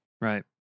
Right